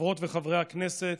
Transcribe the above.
חברות וחברי הכנסת,